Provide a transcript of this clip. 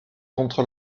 contre